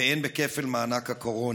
והן בכפל מענק הקורונה.